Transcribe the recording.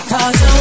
Cause